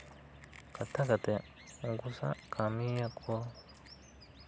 ᱠᱟᱛᱷᱟ ᱠᱟᱛᱮ ᱩᱱᱠᱩ ᱥᱟᱶ ᱠᱟᱹᱢᱤ ᱭᱟᱠᱚ